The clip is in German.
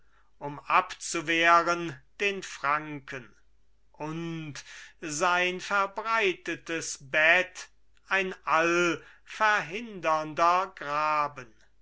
um abzuwehren den franken und sein verbreitetes bett ein allverhindernder graben